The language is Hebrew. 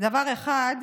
דבר אחד,